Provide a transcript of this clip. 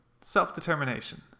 Self-Determination